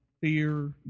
fear